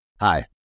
Hi